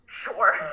sure